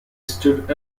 stood